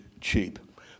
cheap